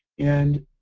and